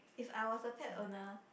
if I was a pet owner